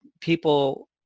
people